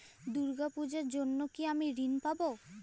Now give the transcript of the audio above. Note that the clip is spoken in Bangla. দুর্গা পুজোর জন্য কি আমি ঋণ পাবো?